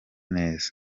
neza